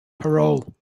parole